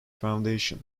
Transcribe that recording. foundation